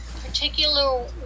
particular